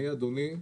אדוני,